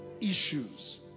issues